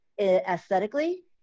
aesthetically